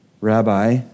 rabbi